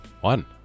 One